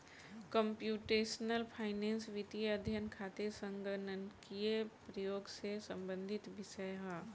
computational finance वित्तीय अध्ययन खातिर संगणकीय प्रयोग से संबंधित विषय ह